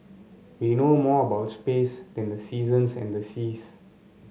we know more about space than the seasons and the seas